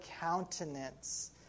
countenance